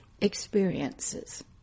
experiences